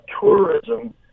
tourism